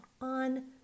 on